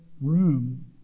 room